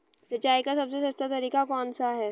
सिंचाई का सबसे सस्ता तरीका कौन सा है?